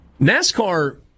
NASCAR